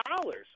dollars